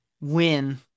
win